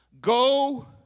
go